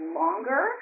longer